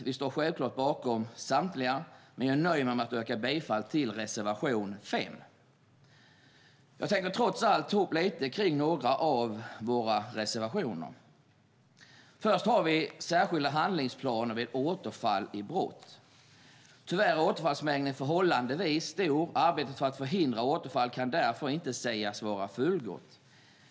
Vi står självklart bakom samtliga, men jag nöjer mig med att yrka bifall till reservation 5. Jag tänker trots allt ta upp lite om några av våra reservationer. Först har vi särskilda handlingsplaner vid återfall i brott. Tyvärr är återfallsmängden förhållandevis stor. Arbetet för att förhindra återfall kan därför inte sägas vara fullgott.